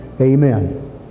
amen